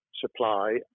supply